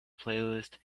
playlist